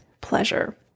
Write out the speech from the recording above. pleasure